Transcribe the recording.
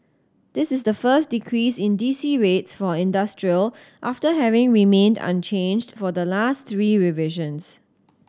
this is the first decrease in D C rates for industrial after having remained unchanged for the last three revisions